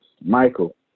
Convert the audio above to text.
Michael